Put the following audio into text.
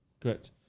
Correct